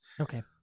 Okay